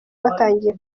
watangiye